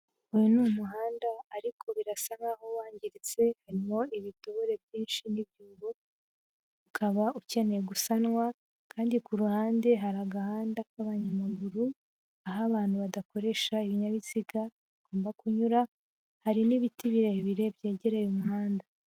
Uyu ni umuhanda ariko birasa nkaho wangiritse, harimo ibitore byinshi n'ibyobo, ukaba ukeneye gusanwa, kandi ku ruhande hari agahanda k'abanyamaguru, aho abantu badakoresha ibinyabiziga bagomba kunyura, hari n'ibiti birebire byegereye umuhanda.